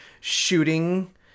shooting